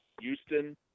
Houston